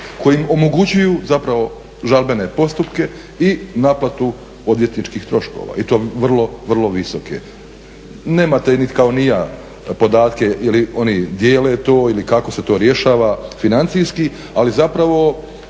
koji omogućuju zapravo žalbene postupke i naplatu odvjetničkih troškova i to vrlo, vrlo visoke. Nemate, kao ni ja, podatke ili oni dijele to ili kako se to rješava financijski, ali zapravo